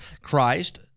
Christ